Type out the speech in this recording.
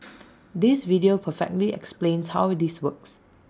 this video perfectly explains how this works